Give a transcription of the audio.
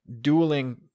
dueling